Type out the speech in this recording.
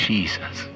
Jesus